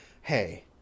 Hey